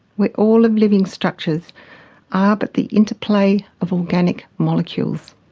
where all of living structures are but the interplay of organic molecules.